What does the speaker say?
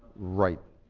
right.